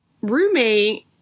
roommate